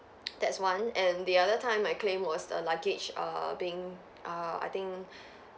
that's one and the other time I claim was the luggage err being err I think